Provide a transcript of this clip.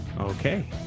Okay